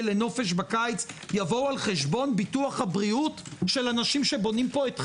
לנופש בקיץ יבואו על חשבון ביטוח הבריאות של אנשים שבונים פה את חייהם?